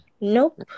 nope